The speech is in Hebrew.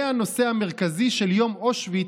זה הנושא המרכזי של יום אושוויץ,